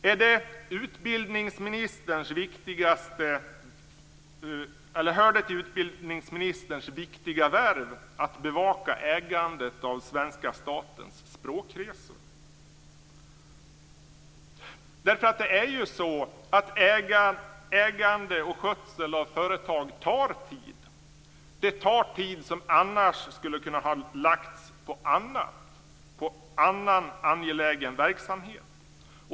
Hör det till utbildningsministerns viktiga värv att bevaka ägandet av Det är ju så att ägande och skötsel av företag tar tid som annars skulle ha kunnat ägnas åt annan angelägen verksamhet.